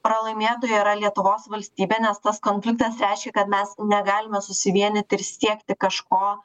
pralaimėtoja yra lietuvos valstybė nes tas konfliktas reiškia kad mes negalime susivienyti ir siekti kažko